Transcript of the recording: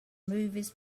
movies